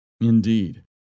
Indeed